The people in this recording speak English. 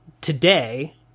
today